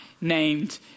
Named